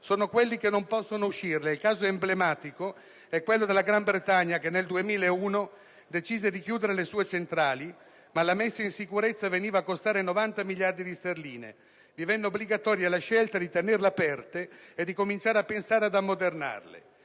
sono quelli che non possono uscirne. Il caso emblematico è quello della Gran Bretagna, che nel 2001 decise di chiudere le sue centrali, ma la messa in sicurezza veniva a costare 90 miliardi di sterline e divenne quindi obbligatoria la scelta di tenerle aperte e di cominciare a pensare ad ammodernarle.